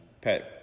pet